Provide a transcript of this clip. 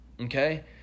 Okay